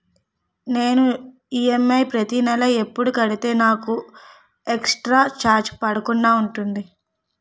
నేను ఈ.ఎమ్.ఐ ప్రతి నెల ఎపుడు కడితే నాకు ఎక్స్ స్త్ర చార్జెస్ పడకుండా ఉంటుంది?